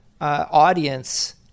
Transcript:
audience